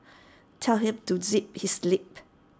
tell him to zip his lip